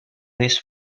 this